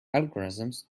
algorithms